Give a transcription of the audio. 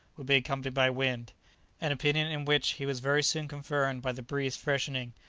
would be accompanied by wind an opinion in which he was very soon confirmed by the breeze freshening,